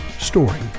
story